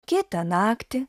kitą naktį